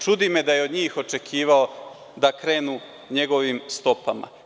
Čudi me da je od njih očekivao da krenu njegovim stopama.